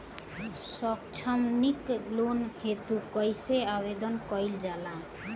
सैक्षणिक लोन हेतु कइसे आवेदन कइल जाला?